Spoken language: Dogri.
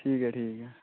ठीक ऐ ठीक ऐ